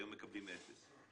היום מקבלים אפס.